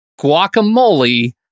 Guacamole